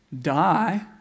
Die